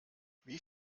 wie